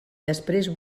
després